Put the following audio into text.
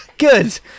Good